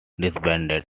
disbanded